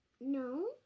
No